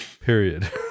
Period